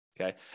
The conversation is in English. Okay